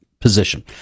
position